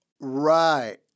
Right